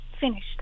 finished